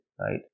right